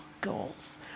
goals